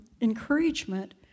encouragement